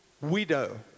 widow